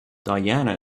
diana